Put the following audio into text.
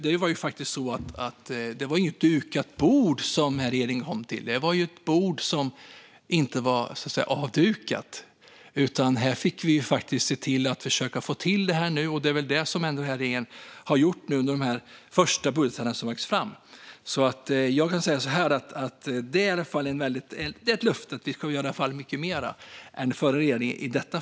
Det var inte något dukat bord som nuvarande regering kom till; det var ett bord som inte var avdukat. Vi fick se till att få till detta, och det är vad regeringen har gjort i de första budgetar som har lagts fram. Jag kan i alla fall ge löftet att vi i detta fall ska göra mycket mer än den förra regeringen gjorde.